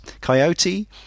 Coyote